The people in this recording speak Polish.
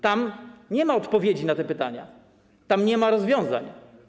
Tam nie ma odpowiedzi na te pytania, tam nie ma rozwiązań.